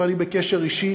ואני בקשר אישי,